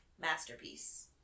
masterpiece